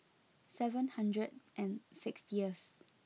seven hundred and sixtieth